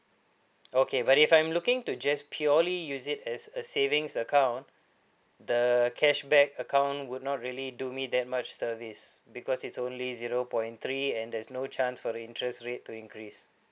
okay but if I'm looking to just purely use it as a savings account the cashback account would not really do me that much service because it's only zero point three and there's no chance for the interest rate to increase